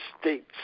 States